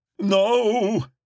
No